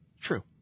True